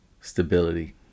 stability